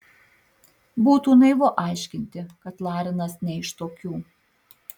būtų naivu aiškinti kad larinas ne iš tokių